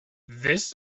this